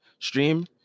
stream